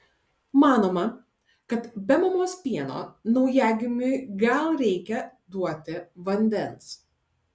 manoma kad be mamos pieno naujagimiui gal reikia duoti vandens